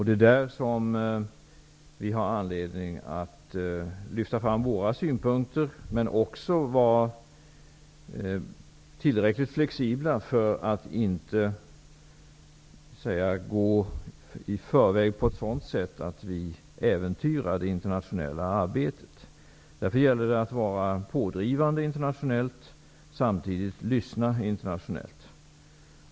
Det är där som vi har anledning att lyfta fram våra synpunkter och också vara tillräckligt flexibla för att inte gå i förväg på ett sådant sätt att det internationella arbetet äventyras. Det gäller därför att vara internationellt pådrivande, samtidigt som man lyssnar internationellt.